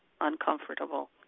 uncomfortable